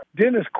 Dennis